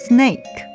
Snake